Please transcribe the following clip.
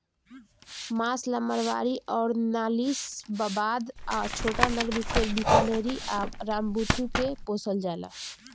मांस ला मारवाड़ी अउर नालीशबाबाद आ छोटानगरी फेर बीकानेरी आ रामबुतु के पोसल जाला